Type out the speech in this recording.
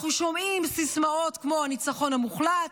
אנחנו שומעים סיסמאות כמו הניצחון המוחלט,